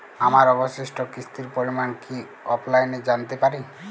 আমার অবশিষ্ট কিস্তির পরিমাণ কি অফলাইনে জানতে পারি?